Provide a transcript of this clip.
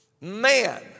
Man